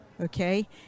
Okay